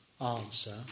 answer